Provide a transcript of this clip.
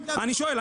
אני שואל,